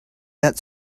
that